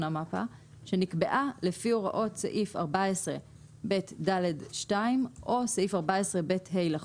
המפ"א שנקבעה לפי הוראות סעיף 14ב(ד)(2) או סעיף 14ב(ה) לחוק".